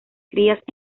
crías